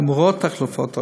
למרות תחלופת הרופאים,